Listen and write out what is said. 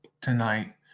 tonight